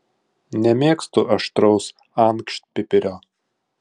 nemėgstu aštraus ankštpipirio